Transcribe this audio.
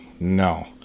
No